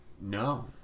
No